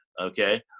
Okay